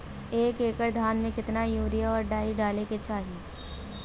एक एकड़ धान में कितना यूरिया और डाई डाले के चाही?